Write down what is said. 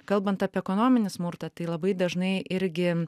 kalbant apie ekonominį smurtą tai labai dažnai irgi